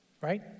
right